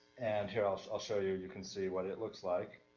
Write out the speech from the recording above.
and here, i'll, i'll show you, you can see what it looks, like,